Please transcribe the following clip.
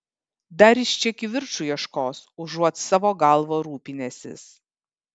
dar jis čia kivirču ieškos užuot savo galva rūpinęsis